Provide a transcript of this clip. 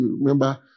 Remember